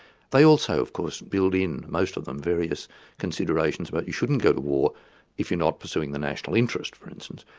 they also of course build in, most of them, various considerations about you shouldn't go to war if you're not pursuing the national interest for instance.